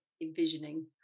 envisioning